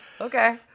okay